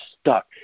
stuck